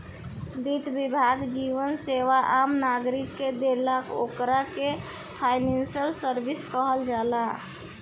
वित्त विभाग जवन सेवा आम नागरिक के देला ओकरा के फाइनेंशियल सर्विस कहल जाला